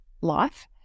life